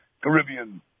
Caribbean